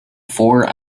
four